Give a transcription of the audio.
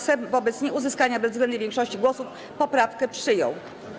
Sejm wobec nieuzyskania bezwzględnej większości głosów poprawkę przyjął.